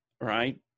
Right